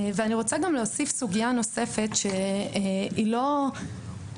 אני רוצה גם להוסיף סוגיה נוספת שלא נמצאת